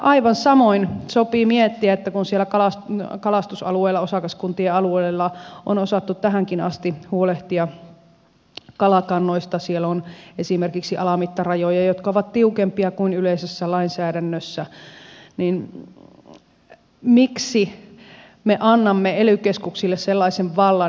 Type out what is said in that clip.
aivan samoin sopii miettiä että kun kalastusalueella osakaskuntien alueilla on osattu tähänkin asti huolehtia kalakannoista siellä on esimerkiksi alamittarajoja jotka ovat tiukempia kuin yleisessä lainsäädännössä niin miksi me annamme ely keskuksille sellaisen vallan